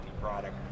product